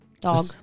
Dog